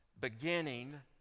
beginning